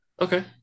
Okay